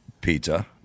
pizza